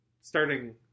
starting